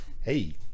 Hey